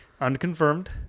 unconfirmed